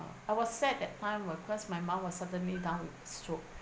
I was sad that time because my mum was suddenly down with stroke